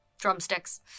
Drumsticks